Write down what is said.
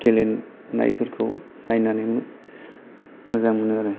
गेलेनायफोरखौ नायनानै मोजां मोनो आरो